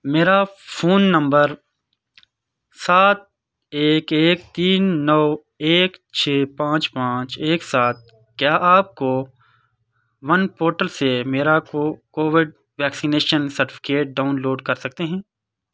میرا فون نمبر سات ایک ایک تین نو ایک چھ پانچ پانچ ایک سات کیا آپ کو ون پورٹل سے میرا covid vaccination certificate download کر سکتے ہیں